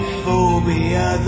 phobia